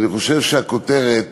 אני חושב שהכותרת